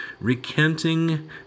recanting